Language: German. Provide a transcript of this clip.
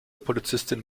polizistin